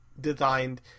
designed